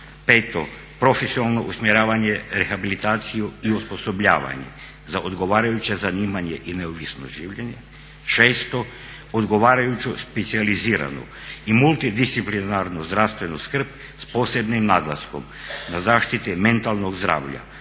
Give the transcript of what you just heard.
5.profesionalno usmjeravanje, rehabilitaciju i osposobljavanje za odgovarajuće zanimanje i neovisno življenje, 6.odgovarajuću specijaliziranu i multidisciplinarnu zdravstvenu skrb s posebnim naglaskom na zaštiti mentalnog zdravlja